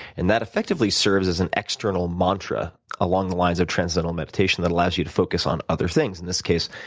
and that effectively serves as an external mantra along the lines of transcendental meditation that allows you to focus on other things in this case,